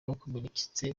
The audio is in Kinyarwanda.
wakomeretse